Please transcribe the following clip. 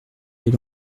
des